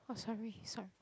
oh sorry sorry